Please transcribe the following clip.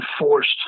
enforced